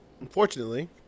unfortunately